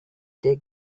take